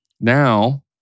Now